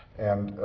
and